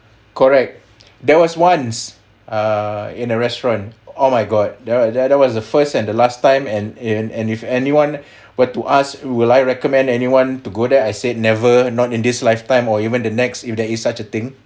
correct there was once uh in a restaurant oh my god that that was that was the first and the last time and in and if anyone were to ask will I recommend anyone to go there I said never not in this lifetime or even the next if there is such a thing